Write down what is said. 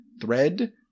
thread